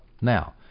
Now